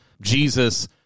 Jesus